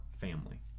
family